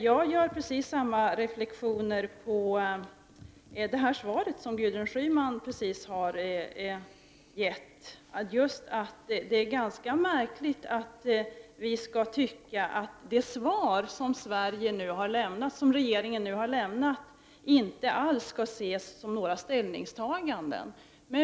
Jag gör precis samma reflexioner på detta svar som dem som Gudrun Schyman precis har redovisat. Jag menar att det är ganska märkligt att det svar som regeringen nu har lämnat inte alls skall ses som någon form av ställningstagande.